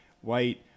white